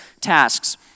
tasks